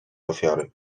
ofiary